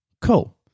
cool